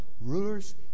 rulers